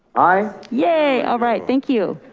aye. yay, alright, thank you.